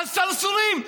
הסרסורים,